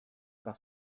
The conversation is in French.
par